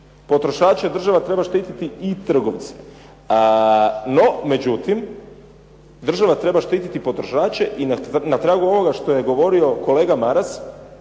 potrošače, država treba štititi i trgovce. No međutim, država treba štititi potrošače i na tragu ovoga što je govorio kolega Maras